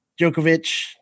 Djokovic